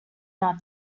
not